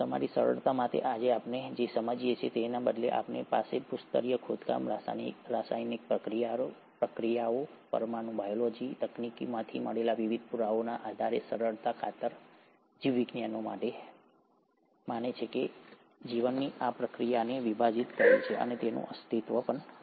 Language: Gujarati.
તેથી સરળતા માટે આજે આપણે જે સમજીએ છીએ અથવા તેના બદલે આપણી પાસે ભૂસ્તરશાસ્ત્રીય ખોદકામ રાસાયણિક પ્રતિક્રિયાઓ પરમાણુ બાયોલોજી તકનીકોમાંથી મળેલા વિવિધ પુરાવાઓના આધારે સરળતા ખાતર જીવવિજ્ઞાનીઓ માને છે અને જીવનની આ પ્રક્રિયાને વિભાજિત કરી છે અને તેનું અસ્તિત્વ છે